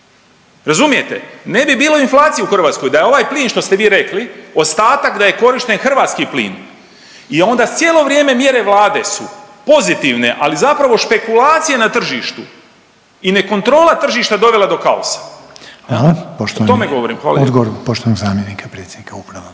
Hrvatskoj, ne bi bilo inflacije u Hrvatskoj da je ovaj plin što ste vi rekli ostatak da je korišten hrvatski plin i onda cijelo vrijeme mjere vlade su pozitivne, ali zapravo špekulacije na tržištu i ne kontrola tržišta dovela do kaosa. O tome govorim Hvala lijepo.